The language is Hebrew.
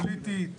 פוליטית,